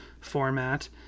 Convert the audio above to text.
format